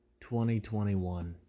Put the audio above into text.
2021